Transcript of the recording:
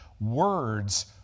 words